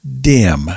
dim